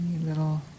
Little